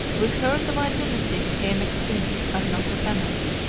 with her the white dynasty became extinct, but not the family.